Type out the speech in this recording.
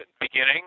beginning